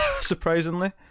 surprisingly